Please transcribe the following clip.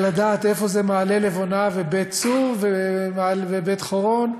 לדעת איפה מעלה-לבונה ובית-צור ובית-חורון,